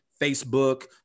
Facebook